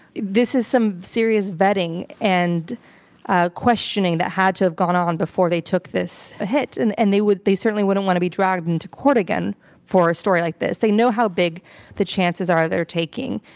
this is some serious vetting and ah questioning that had to have gone on before they took this hit, and and they would, they certainly wouldn't want to be dragged into court again for a story like this. they know how big the chances are they're taking,